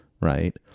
right